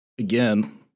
Again